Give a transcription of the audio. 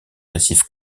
récif